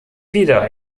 wieder